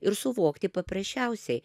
ir suvokti paprasčiausiai